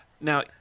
Now